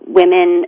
women